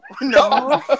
No